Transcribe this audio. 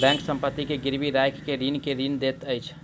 bank संपत्ति के गिरवी राइख के ऋणी के ऋण दैत अछि